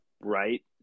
right